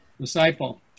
disciple